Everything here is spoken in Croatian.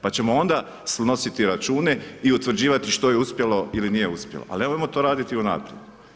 Pa ćemo onda snositi račune i utvrđivati što je uspjelo ili nije uspjelo, ali nemojmo to raditi unaprijed.